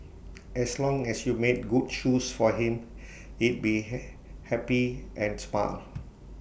as long as you made good shoes for him he'd be happy and smile